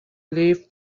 leave